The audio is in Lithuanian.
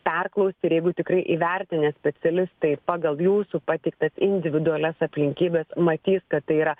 perklaust ir jeigu tikrai įvertinę specialistai pagal jūsų pateiktas individualias aplinkybes matys kad tai yra